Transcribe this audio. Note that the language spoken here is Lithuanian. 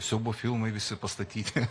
siaubo filmai visi pastatyti